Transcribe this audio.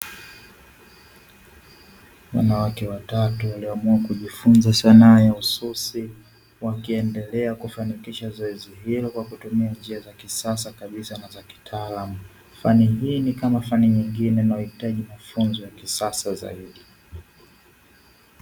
Wanawake watatu niliamua kujifunza sanaa ya ususi wakiendelea kufanikisha zoezi hilo kwa kutumia njia za kisasa kabisa na za kitaalam, fani hii ni kama fani nyingine nahitaji mafunzo ya kisasa zaidi.